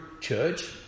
church